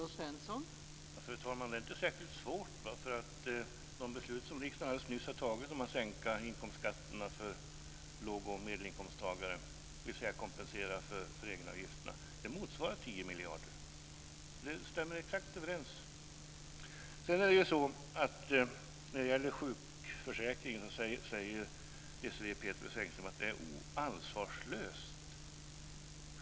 Fru talman! Det är inte särskilt svårt. Det beslut som riksdagen alldeles nyss har fattat om att sänka inkomstskatterna för låg och medelinkomsttagare - miljarder. Så det stämmer exakt överens. Engström att vi är ansvarslösa.